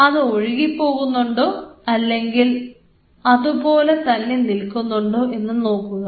അത് ഒഴുകിപോകുന്നുണ്ടോ അല്ലെങ്കിൽ അതുപോലെ തന്നെ നിൽക്കുന്നുണ്ടോ എന്ന് നോക്കുക